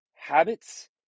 Habits